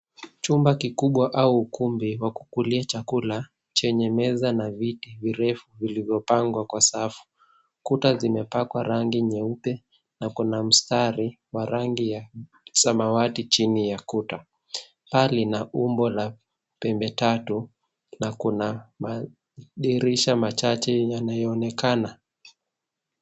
Chumba kikubwa au ukumbi wa kulia chakula, chenye meza na viti virefu vilivyopangwa kwa safu. Kuta zimepakwa rangi nyeupe na kuna mstari wa rangi ya samawati chini ya kuta. Paa lina umbo la pembe tatu na kuna madirisha machache yanayoonekana.